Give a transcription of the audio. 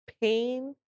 pain